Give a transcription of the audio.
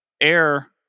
air